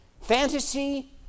Fantasy